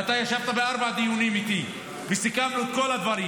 ואתה ישבת בארבעה דיונים איתי וסיכמנו את כל הדברים.